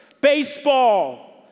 baseball